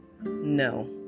No